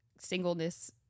singleness